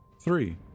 Three